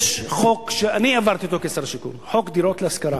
יש חוק שאני העברתי כשר השיכון, חוק דירות להשכרה,